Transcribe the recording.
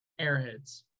Airheads